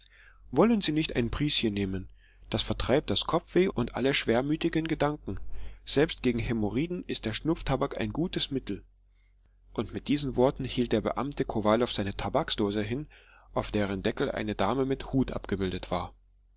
wollen sie nicht ein prischen nehmen das vertreibt das kopfweh und alle schwermütigen gedanken selbst gegen hämorrhoiden ist der schnupftabak ein gutes mittel und mit diesen worten hielt der beamte kowalow seine tabaksdose hin auf deren deckel eine dame mit hut abgebildet war